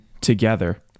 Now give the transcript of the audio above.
together